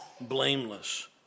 blameless